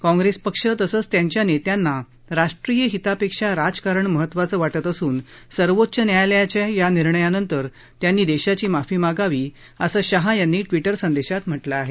काँग्रेस पक्ष तसंच त्यांच्या नेत्यांना राष्ट्रीय हितापेक्षा राजकारण महत्वाचं वाटत असून सर्वोच्च न्यायालयाच्या या निर्णयानंतर त्यांनी देशाची माफी मागावी असं शहा यांनी ट्विटर संदेशात म्हटलं आहे